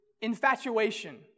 infatuation